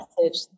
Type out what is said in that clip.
message